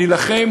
נילחם,